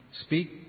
speak